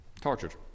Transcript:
tortured